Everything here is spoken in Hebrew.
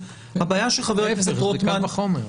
הבעיה שחבר הכנסת רוטמן --- להפך, זה מקל וחומר.